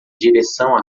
direção